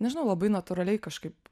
nežinau labai natūraliai kažkaip